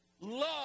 love